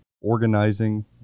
organizing